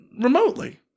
remotely